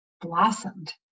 blossomed